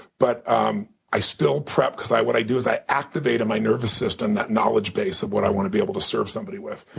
but um i still prep because what i do is i activate in my nervous system that knowledge base of what i want to be able to serve somebody with.